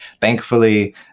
Thankfully